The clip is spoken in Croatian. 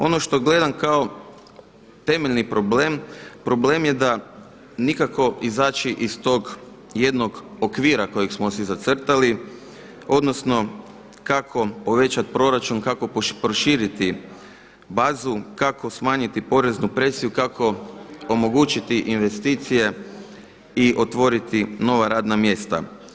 Ono što gledam kao temeljni problem, problem je da nikako izaći iz tog jednog okvira kojeg smo si zacrtali, odnosno kako povećat proračun, kako proširiti bazu, kako smanjiti poreznu presiju, kako omogućiti investicije i otvoriti nova radna mjesta.